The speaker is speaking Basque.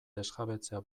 desjabetzea